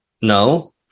no